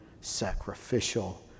sacrificial